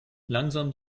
langsam